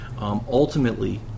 Ultimately